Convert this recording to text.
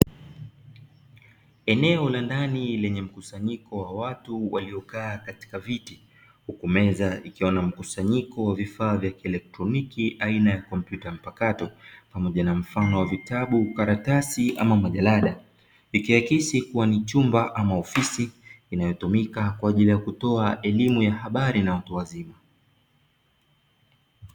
Eneo la ndani lenye mkusanyiko wa watu waliokaa katika viti, huku meza ikiwa na mkusanyiko wa vifaa vya kielektroniki aina ya kompyuta mpakato, pamoja na mfano wa vitabu, karatasi, ama majalada, ikiakisi kuwa ni chumba ama ofisi inayotumika kwaajili ya kutoa elimu ya habari na watu wazima.